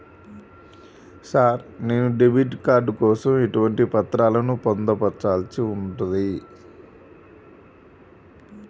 Sir నేను debit card కోసం ఎటువంటి పత్రాలను పొందుపర్చాల్సి ఉంటది?